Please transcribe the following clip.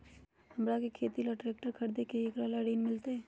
हमरा के खेती ला ट्रैक्टर खरीदे के हई, एकरा ला ऋण मिलतई?